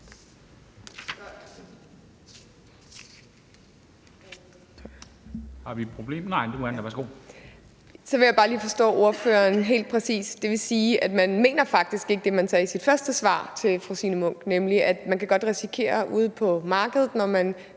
Så vil jeg bare lige forstå ordføreren helt præcist. Vil det sige, at man faktisk ikke mener det, man sagde i sit første svar til fru Signe Munk, nemlig at man, når man stiller et krav